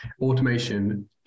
automation